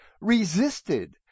resisted